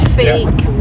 fake